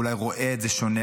אולי הוא רואה את זה שונה,